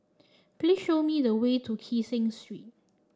please show me the way to Kee Seng Street